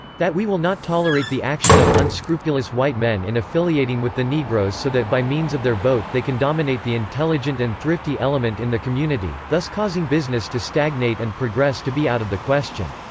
that we will not tolerate the action of unscrupulous white men in affiliating with the negroes so that by means of their vote they can dominate the intelligent and thrifty element in the community, thus causing business to stagnate and progress to be out of the question.